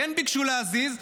ביקשו להזיז,